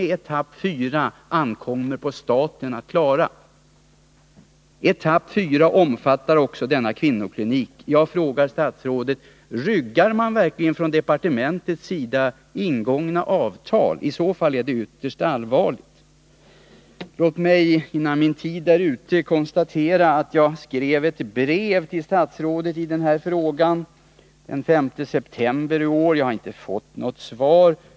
Det ankommer på staten att stå för 40 90 av Jag frågar statsrådet: Ryggar man verkligen från departementets sida ingångna avtal? I så fall är det ytterst allvarligt. Låt mig innan min tid är ute konstatera att jag skrev ett brev till statsrådet i den här frågan den 5 september i år. Jag har inte fått något svar.